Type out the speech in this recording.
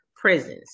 prisons